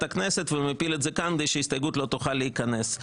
הכנסת ומפיל את זה כאן כדי שההסתייגות לא תוכל להיכנס.